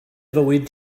fywyd